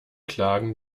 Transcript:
klagen